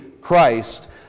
Christ